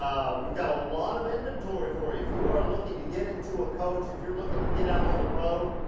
um we've got a lot of inventory for you. if you are looking to get into a coach, if you're looking to get out on the road,